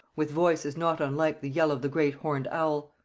with voices not unlike the yell of the great horned owl.